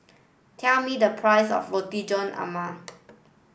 tell me the price of Roti John